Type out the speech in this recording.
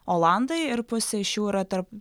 olandai ir pusė iš jų yra tarp